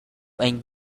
and